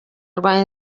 rwa